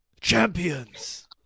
Champions